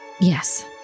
Yes